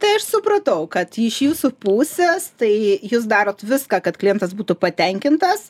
tai aš supratau kad iš jūsų pusės tai jūs darot viską kad klientas būtų patenkintas